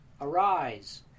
arise